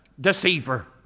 deceiver